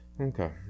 Okay